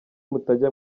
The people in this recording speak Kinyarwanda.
mutajya